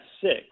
six